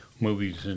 movies